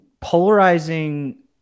polarizing